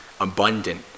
abundant